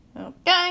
Okay